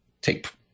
take